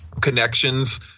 connections